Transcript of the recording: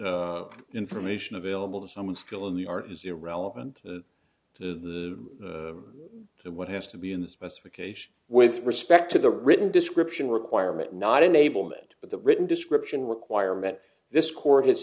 the information available to someone still in the art is irrelevant to what has to be in the specification with respect to the written description requirement not enablement but the written description requirement this court has